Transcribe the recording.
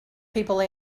people